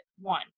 one